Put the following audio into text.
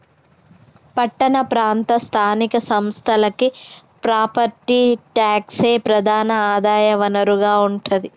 పట్టణ ప్రాంత స్థానిక సంస్థలకి ప్రాపర్టీ ట్యాక్సే ప్రధాన ఆదాయ వనరుగా ఉంటాది